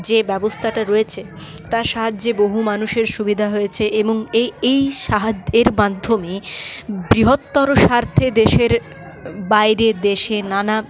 যে ব্যবস্থাটা রয়েছে তার সাহায্যে বহু মানুষের সুবিধা হয়েছে এবং এই এই সাহায্যের মাধ্যমে বৃহত্তর স্বার্থে দেশের বাইরে দেশের নানা